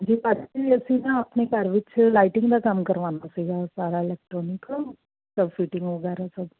ਜੀ ਭਾਅ ਜੀ ਅਸੀਂ ਨਾ ਆਪਣੇ ਘਰ ਵਿੱਚ ਲਾਈਟਿੰਗ ਦਾ ਕੰਮ ਕਰਵਾਉਣਾ ਸੀਗਾ ਸਾਰਾ ਇਲੈਕਟਰੋਨਿਕ ਸਬਸੀਟਿੰਗ ਵਗੈਰਾ ਸਭ